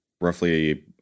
roughly